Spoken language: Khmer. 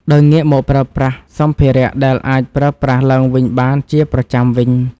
ដោយងាកមកប្រើប្រាស់សម្ភារៈដែលអាចប្រើប្រាស់ឡើងវិញបានជាប្រចាំវិញ។